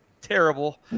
terrible